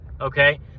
okay